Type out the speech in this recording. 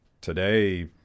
today